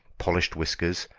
polished whiskers,